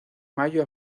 mayo